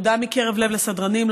תודה מקרב לב לסדרנים,